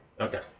Okay